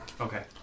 Okay